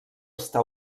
està